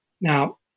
Now